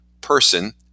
person